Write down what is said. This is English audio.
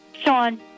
Sean